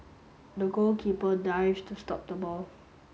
the goalkeeper dived to stop the ball